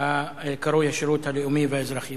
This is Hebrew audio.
הקרוי השירות הלאומי והאזרחי.